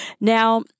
Now